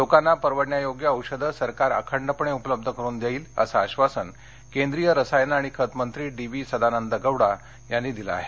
लोकांना परवडण्यायोग्य औषधे सरकार अखंडपणे उपलब्ध करुन देईल असं आश्वासन केंद्रीय रसायनं आणि खत मंत्री डीवी सदानंद गौडा यांनी दिलं आहे